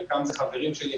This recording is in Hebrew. חלקם זה חברים שלי,